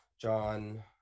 John